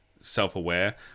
self-aware